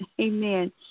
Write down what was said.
amen